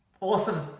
Awesome